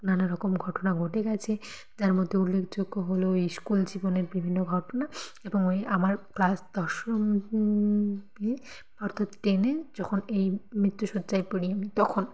নানারকম ঘটনা ঘটে গেছে যার মধ্যে উল্লেখযোগ্য হলো ইস্কুল জীবনের বিভিন্ন ঘটনা এবং ওই আমার ক্লাস দশম এ অর্থাৎ টেনে যখন এই মৃত্যুশয্যায় পড়ি আমি তখন